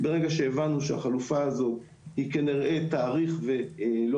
אחרי שהבנו שהחלופה הזאת כנראה תאריך ולא